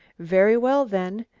very well, then,